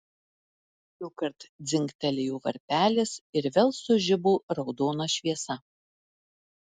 dukart dzingtelėjo varpelis ir vėl sužibo raudona šviesa